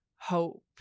hope